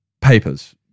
papers